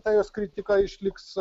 ta jos kritika išliks